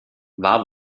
war